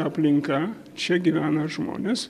aplinka čia gyvena žmonės